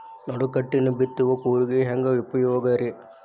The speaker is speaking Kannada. ನಡುಕಟ್ಟಿನ ಬಿತ್ತುವ ಕೂರಿಗೆ ಹೆಂಗ್ ಉಪಯೋಗ ರಿ?